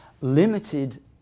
limited